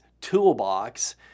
toolbox